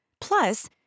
Plus